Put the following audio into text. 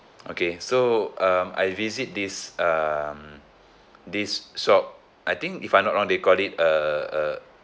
okay so um I visit this um this shop I think if I'm not wrong they call it uh uh